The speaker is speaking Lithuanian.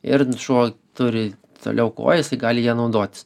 ir šuo turi toliau kojas ir gali ja naudotis